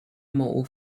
mall